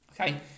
Okay